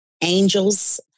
angels